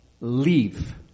leave